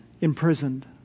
imprisoned